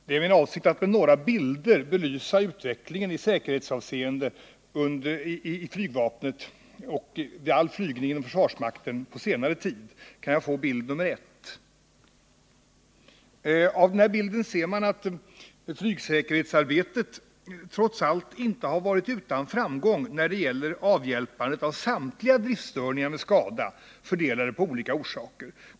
Herr talman! Det är min avsikt att med några bilder belysa senare tids utveckling i säkerhetsavseende för all flygning inom försvarsmakten. På bildskärmen visas nu bild nr 1. Av denna framgår att flygsäkerhetsarbetet trots allt inte har varit utan framgång när det gäller avhjälpande av samtliga driftstörningar med skada fördelade på olika orsaker.